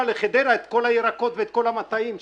לחדרה את כל הירקות ואת על המטעים שלנו.